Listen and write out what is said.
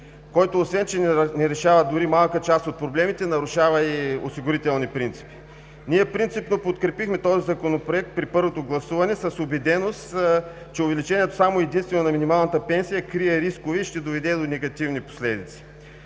който, освен че не решава дори малка част от проблемите, нарушава и осигурителни принципи. Ние принципно подкрепихме този Законопроект при първото гласуване с убеденост, че увеличението само и единствено на минималната пенсия крие рискове и ще доведе до негативни последици.